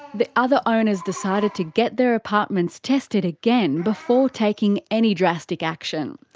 the other owners decided to get their apartments tested again before taking any drastic action.